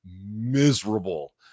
miserable